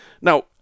Now